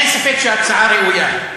אין ספק שההצעה ראויה.